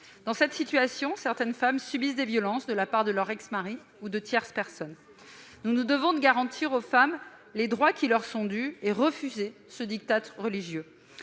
Dans cette situation, certaines femmes subissent des violences de la part de leur ex-mari ou de tierces personnes. Nous nous devons de garantir aux femmes les droits qui leur sont dus et nous devons refuser ce diktat religieux.